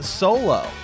solo